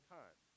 time